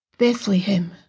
Bethlehem